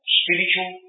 spiritual